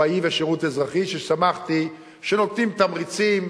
צבאי ושירות אזרחי, ושמחתי שנותנים תמריצים